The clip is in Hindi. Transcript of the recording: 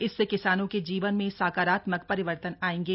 इससे किसानों के जीवन में सकारात्मक परिवर्तन आएंगे